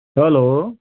hello